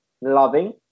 Loving